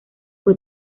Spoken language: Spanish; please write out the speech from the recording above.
fue